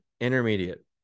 intermediate